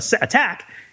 attack